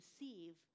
receive